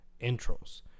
intros